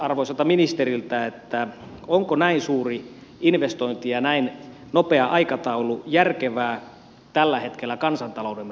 haluaisinkin kysyä arvoisalta ministeriltä onko näin suuri investointi ja näin nopea aikataulu järkevää tällä hetkellä kansantaloutemme kannalta